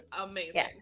Amazing